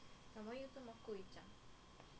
ya lor